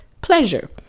Pleasure